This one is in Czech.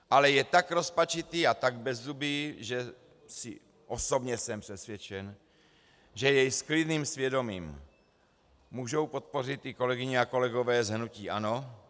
Ale je tak rozpačitý a tak bezzubý, že osobně jsem přesvědčen, že jej s klidným svědomím můžou podpořit i kolegyně a kolegové z hnutí ANO.